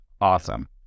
awesome